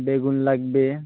বেগুন লাগবে